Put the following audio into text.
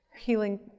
healing